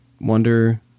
wonder